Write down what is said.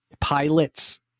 pilots